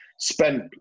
Spent